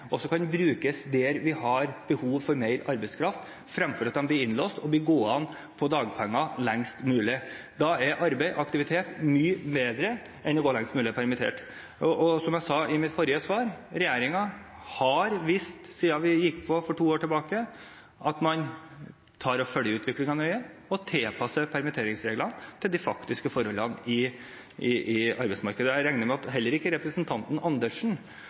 også opptatt av at man ikke skal skape innelåsningsmekanismer. Vi må huske at det er åtte fylker som nå har en ledighetsnedgang. Da er det viktig at vi sørger for at den arbeidskraften som er tilgjengelig, kan brukes der hvor vi har behov for mer arbeidskraft, fremfor at de blir innelåst og blir gående på dagpenger lengst mulig. Arbeid, aktivitet, er mye bedre enn å gå lengst mulig permittert. Og som jeg sa i mitt forrige svar: Regjeringen har siden vi gikk på for to år siden, vist at man